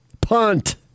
Punt